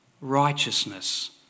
righteousness